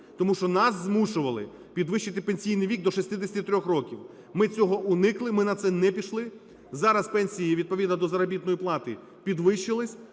Тому що нас змушували підвищити пенсійний вік до 63 років. Ми цього уникли, ми на це не пішли. Зараз пенсії відповідно до заробітної плати підвищились.